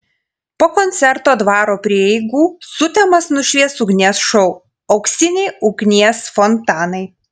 po koncerto dvaro prieigų sutemas nušvies ugnies šou auksiniai ugnies fontanai